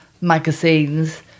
magazines